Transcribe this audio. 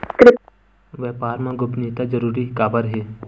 व्यापार मा गोपनीयता जरूरी काबर हे?